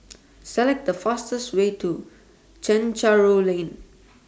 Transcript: Select The fastest Way to Chencharu Lane